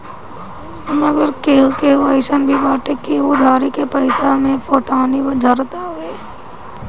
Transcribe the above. मगर केहू केहू अइसन भी बाटे की उ उधारी के पईसा पे फोटानी झारत हवे